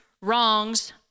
wrongs